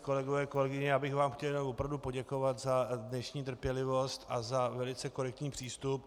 Kolegové, kolegyně, já bych vám chtěl opravdu poděkovat za dnešní trpělivost a za velice korektní přístup.